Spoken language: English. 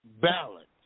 balance